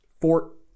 fort